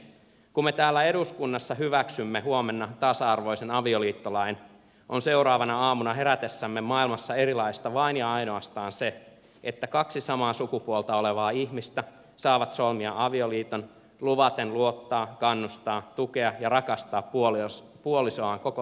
kun me täällä eduskunnassa hyväksymme huomenna tasa arvoisen avioliittolain on seuraavana aamuna herätessämme maailmassa erilaista vain ja ainoastaan se että kaksi samaa sukupuolta olevaa ihmistä saa solmia avioliiton luvaten luottaa kannustaa tukea ja rakastaa puolisoaan koko loppuelämänsä